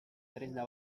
tresna